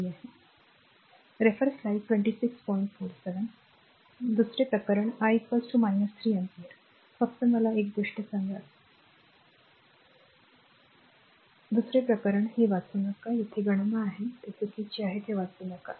दुसरे प्रकरण I 3 ampere फक्त मला एक गोष्ट सांगा ही एक दुसरी घटना कृपया हे वाचू नका मी ते बंद करत आहे दुसरे प्रकरण r हे एक दुसरे प्रकरण जे येथे वाचू नका ते येथे गणना आहे ते चुकीचे आहे ते वाचू नका